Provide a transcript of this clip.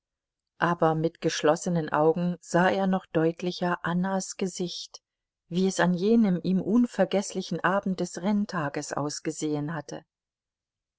aber mit geschlossenen augen sah er noch deutlicher annas gesicht wie es an jenem ihm unvergeßlichen abend des renntages ausgesehen hatte